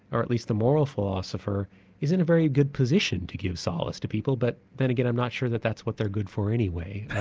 or at least the moral philosopher is in a very good position to give solace to people, but then again i'm not sure that that's what they're good for anyway.